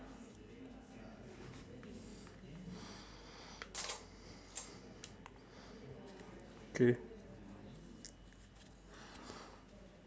okay